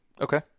okay